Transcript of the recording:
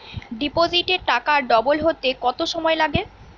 ডিপোজিটে টাকা ডবল হতে কত সময় লাগে?